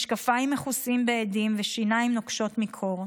עם משקפיים מכוסים באדים ושיניים נוקשות מקור.